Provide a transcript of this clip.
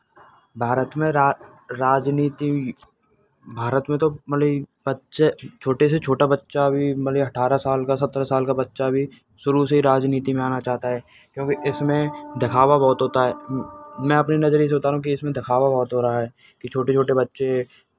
भारत में रा राजनीति भारत में तो मतलब बच्चे छोटे से छोटा बच्चा भी मान लें अठारह साल का सतरह साल का बच्चा भी शुरू से राजनीति में आना चाहता है क्योंकि इसमें दिखावा बहुत होता है मैं अपने नज़रिए से बता रहा हूँ कि इसमें दिखावा बहुत हो रहा है कि छोटे छोटे बच्चे